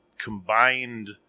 Combined